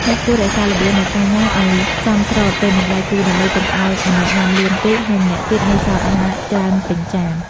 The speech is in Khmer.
អ្នកគួររក្សាល្បឿននៃការញ៉ាំឱ្យសមស្របទៅនឹងដៃគូ ដើម្បីកុំឱ្យម្នាក់ញ៉ាំលឿនពេក ហើយម្នាក់ទៀតនៅសល់អាហារច្រើនពេញចាន។